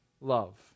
love